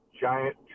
giant